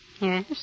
Yes